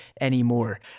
anymore